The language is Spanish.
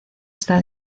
está